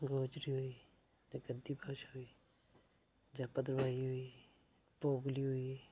गोजरी होई ते गद्दी भाशा होई जां भद्रवाही होई पोगली होई